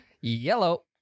Yellow